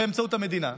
באמצעות המדינה.